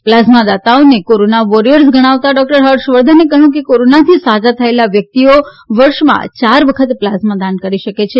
plasma દાતાઓને corona warriors ગણાવતા doctor Harsh વર્ધને કહયું કે કોરોનાથી સાજા થયેલા વ્યકિતઓ વર્ષમાં યાર વખત પ્લાઝમા દાન કરી શકે છે